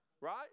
right